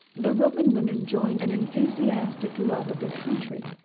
the roman women joined an enthusiastic love of their country,